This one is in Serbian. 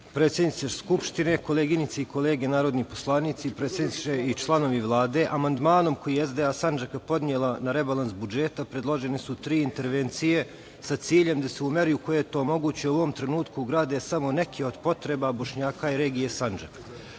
Predsednice Skupštine, koleginice i kolege narodni poslanici, predsedniče i članovi Vlade, amandmanom koji je SDA Sandžaka podnela na rebalans budžeta predložene su tri intervencije sa ciljem da se u meri u kojoj je to moguće u ovom trenutku ugrade samo neki od potreba Bošnjaka i regije Sandžak. Prva